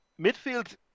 midfield